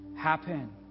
happen